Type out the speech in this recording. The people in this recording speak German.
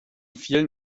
vielen